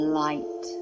light